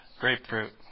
grapefruit